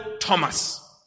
Thomas